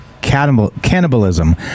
cannibalism